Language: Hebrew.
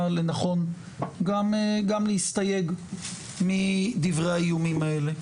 לנכון גם להסתייג מדברי האיומים האלה.